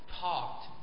talked